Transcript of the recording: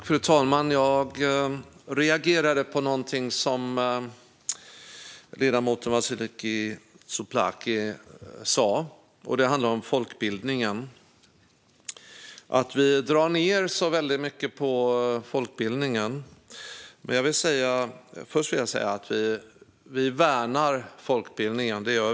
Fru talman! Jag reagerade på någonting som ledamoten Vasiliki Tsouplaki sa. Det handlade om att vi drar ned så väldigt mycket på folkbildningen. Först vill jag säga att vi värnar folkbildningen.